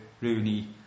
Rooney